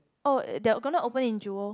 oh they are gonna open in jewel